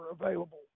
available